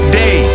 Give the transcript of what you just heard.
day